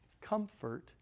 comfort